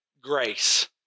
grace